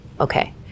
okay